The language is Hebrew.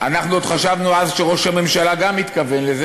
אנחנו עוד חשבנו אז שראש הממשלה גם מתכוון לזה,